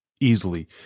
Easily